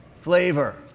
flavor